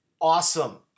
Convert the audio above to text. Awesome